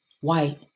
white